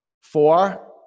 Four